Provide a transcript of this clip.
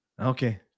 Okay